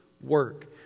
work